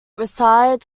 resides